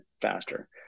faster